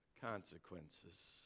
consequences